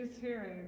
hearing